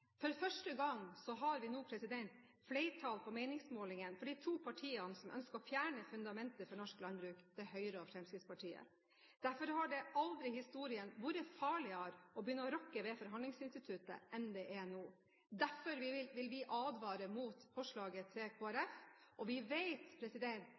For første gang har de to partiene som ønsker å fjerne fundamentet for norsk landbruk, flertall på meningsmålingene – Høyre og Fremskrittspartiet. Derfor har det aldri i historien vært farligere å begynne å rokke ved forhandlingsinstituttet enn det er nå, og derfor vil vi advare mot forslaget til